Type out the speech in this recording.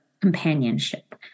companionship